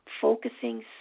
focusing